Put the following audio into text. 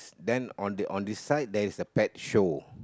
then on the on this side there's a pet show